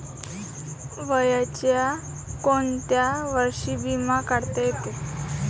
वयाच्या कोंत्या वर्षी बिमा काढता येते?